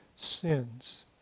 sins